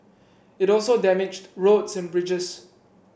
it also damaged roads and bridges